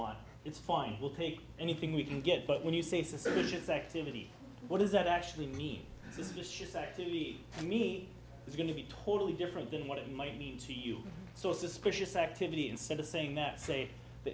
want it's fine we'll take anything we can get but when you say suspicious activity what does that actually mean this is a she said to be me it's going to be totally different than what it might mean to you so suspicious activity instead of saying that say the